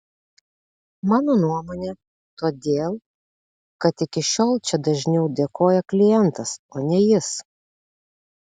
mano nuomone todėl kad iki šiol čia dažniau dėkoja klientas o ne jis